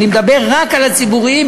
אני מדבר רק על הציבוריים,